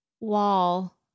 wall